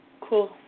Cool